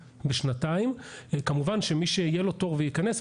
בשנתיים וכמובן שמי שיהיה לו תור וייכנס,